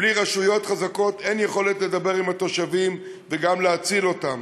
בלי רשויות חזקות אין יכולת לדבר עם התושבים וגם להציל אותם.